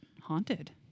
Haunted